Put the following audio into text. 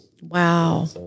Wow